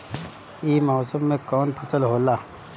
ई मौसम में कवन फसल होला?